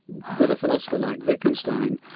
with a philosopher like wittgenstein,